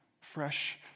fresh